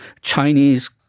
Chinese